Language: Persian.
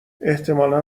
احتمالا